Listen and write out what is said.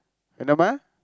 என்ன:enna ma